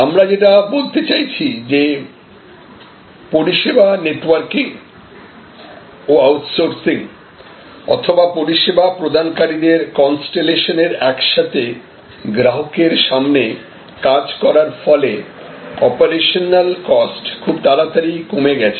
আমরা যেটা বলতে চাইছি যেপরিষেবা নেটওয়ার্কিং ও আউটসোর্সিং অথবা পরিষেবা প্রদানকারীদের কনস্তেলেশনের একসাথে গ্রাহকের সামনে কাজ করার ফলে অপারেশনল কস্ট খুব তাড়াতাড়ি কমে গেছে